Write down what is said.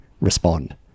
respond